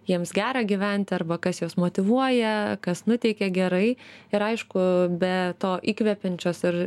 jiems gera gyventi arba kas juos motyvuoja kas nuteikia gerai ir aišku be to įkvepiančios ir